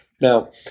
now